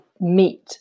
meet